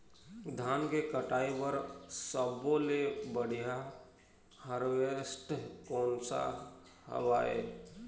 धान के कटाई बर सब्बो ले बढ़िया हारवेस्ट कोन सा हवए?